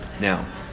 Now